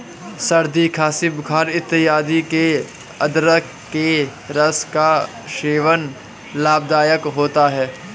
सर्दी खांसी बुखार इत्यादि में अदरक के रस का सेवन लाभदायक होता है